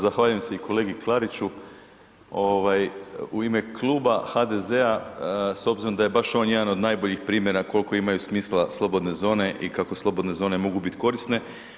Zahvaljujem se i kolegi Klariću, ovaj u ime Kluba HDZ-a s obzirom da je baš on jedan od najboljih primjera kolko imaju smisla slobodne zone i kako slobodne zone mogu bit korisne.